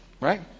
right